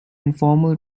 informal